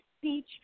speech